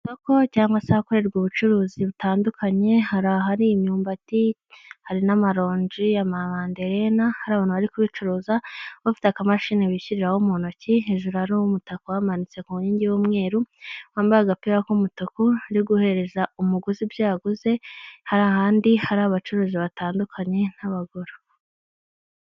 Avugako cyangwa azakorerwa ubucuruzi butandukanye, hari ahari imyumbati, hari n'amaronji, amaderina, hari abantu bari kubicuruza, bafite akamashini bishyiriraho mu ntoki, hejuru hari umutakako wamanitse ku nkingi y'umweru, wambaye agapira k'umutuku, uri guhereza umugozi ibyo yaguze, hari ahandi, hari abacuruzi batandukanye nk'abagore.